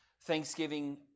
Thanksgiving